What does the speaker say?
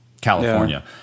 california